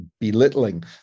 belittling